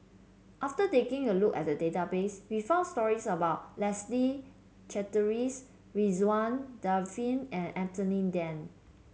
after taking a look at the database we found stories about Leslie Charteris Ridzwan Dzafir and Anthony Then